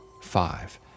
five